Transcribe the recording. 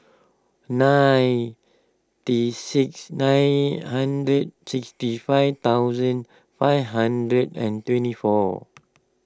nine tea six nine hundred sixty five thousand five hundred and twenty four